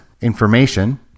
information